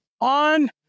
on